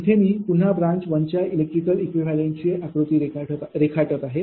इथे मी पुन्हा ब्रांच 1च्या इलेक्ट्रिकल इक्विव्हॅलेंट ची आकृती रेखाटत आहे